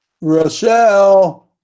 Rochelle